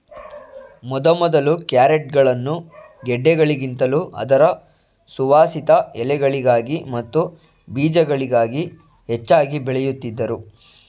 ಮೊದಮೊದಲು ಕ್ಯಾರೆಟ್ಗಳನ್ನು ಗೆಡ್ಡೆಗಳಿಗಿಂತಲೂ ಅದರ ಸುವಾಸಿತ ಎಲೆಗಳಿಗಾಗಿ ಮತ್ತು ಬೀಜಗಳಿಗಾಗಿ ಹೆಚ್ಚಾಗಿ ಬೆಳೆಯುತ್ತಿದ್ದರು